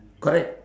correct